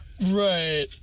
Right